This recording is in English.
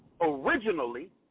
originally